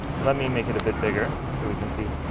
let me make it a bit bigger so we can see.